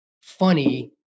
funny